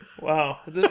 Wow